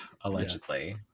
allegedly